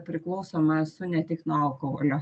priklausoma esu ne tik nuo alkoholio